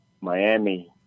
Miami